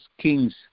kings